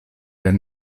del